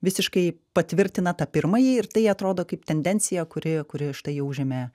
visiškai patvirtina tą pirmąjį ir tai atrodo kaip tendencija kuri kuri štai jau užėmė